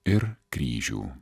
ir kryžių